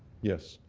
yes.